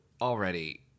already